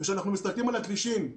כשאנחנו מסתכלים על הכבישים,